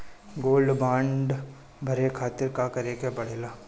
Gold bond भरे खातिर का करेके पड़ेला?